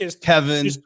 Kevin